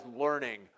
learning